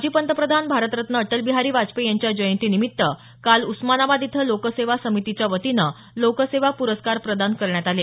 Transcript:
माजी पंतप्रधान भारतरत्न अटलबिहारी वाजपेयी यांच्या जयंती निमित्त काल उस्मानाबाद इथं लोकसेवा समितीच्या वतीनं लोकसेवा प्रस्कार प्रदान करण्यात आले